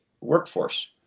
workforce